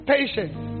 Patience